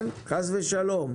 חלילה.